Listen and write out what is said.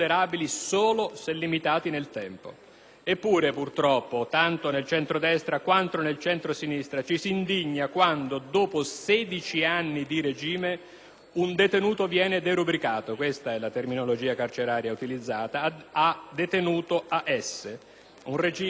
Eppure, purtroppo, tanto nel centrodestra quanto nel centrosinistra ci si indigna quando dopo 16 anni di regime un detenuto viene derubricato - questa è la terminologia carceraria utilizzata - a detenuto "Alta sicurezza" (AS): un regime poco meno duro del 41-*bis*.